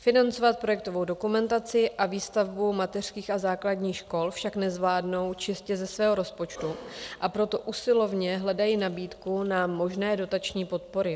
Financovat projektovou dokumentaci a výstavbu mateřských a základních škol však nezvládnou čistě ze svého rozpočtu, a proto usilovně hledají nabídku na možné dotační podpory.